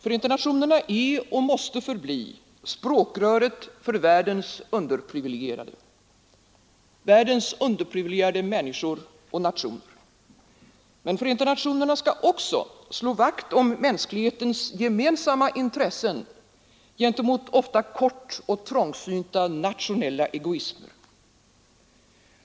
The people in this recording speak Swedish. Förenta nationerna är och måste förbli språkröret för världens underprivilegierade människor och nationer. Men Förenta nationerna skall också slå vakt om mänsklighetens gemensamma intressen gentemot ofta kortoch trångsynta nationella egoismer.